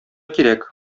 кирәк